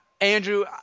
Andrew